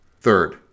Third